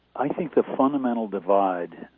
i think the continental divide